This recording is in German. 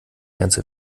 ganze